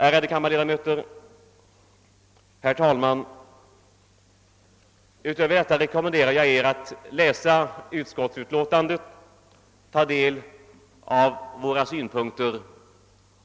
Ärade kammarledamöter! Herr talman! Utöver detta rekommenderar jag er att läsa utskottsutlåtandet och ta del av våra synpunkter.